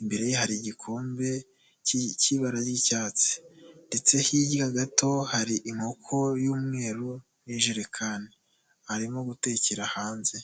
imbere ye hari igikombe cy'ibara ry'icyatsi ndetse hirya gato hari inkoko y'umweru n'ijerekani arimo gutekera hanze.